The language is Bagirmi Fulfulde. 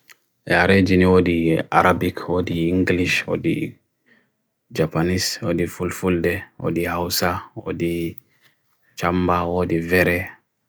Neɓbi ɗe kala langidji ndiyam kala a waawna.